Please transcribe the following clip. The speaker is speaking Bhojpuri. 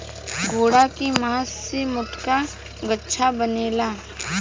घोड़ा के मास से मोटका गद्दा बनेला